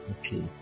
okay